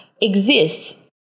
exists